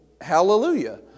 hallelujah